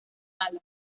mala